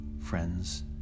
friends